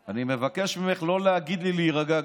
אני מבקש ממך לא להגיד לי להירגע.